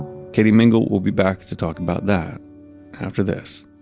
katie mingle will be back to talk about that after this